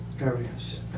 areas